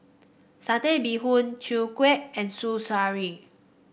Satay Bee Hoon Chwee Kueh and